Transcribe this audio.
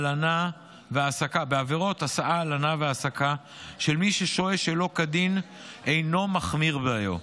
הלנה והעסקה של מי ששוהה שלא כדין אינו מחמיר דיו.